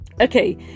okay